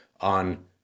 on